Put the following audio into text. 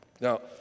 Now